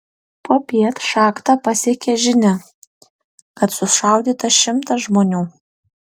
popiet šachtą pasiekė žinia kad sušaudyta šimtas žmonių